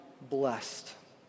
blessed